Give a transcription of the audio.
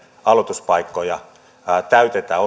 aloituspaikkoja täytetään